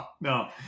no